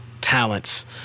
talents